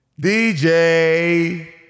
DJ